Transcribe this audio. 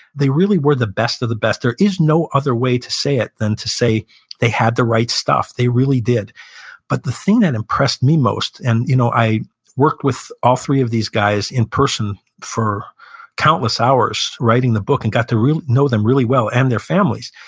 they really were the best of the best. there is no other way to say it than to say they had the right stuff. they really did but the thing that impressed me most, and you know, i worked with all three of these guys in person for countless hours writing the book and got to know them really well and their families.